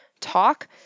talk